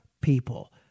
people